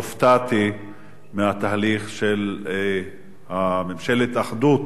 הופתעתי מהתהליך של ממשלת האחדות.